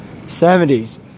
70s